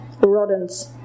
Rodents